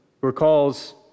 recalls